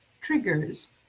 triggers